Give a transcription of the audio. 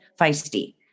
feisty